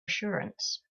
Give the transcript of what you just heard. assurance